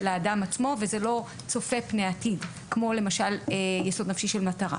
האדם עצמו וזה לא צופה פני עתיד כמו למשל יסוד נפשי של מטרה.